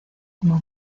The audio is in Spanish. como